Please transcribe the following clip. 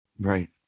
Right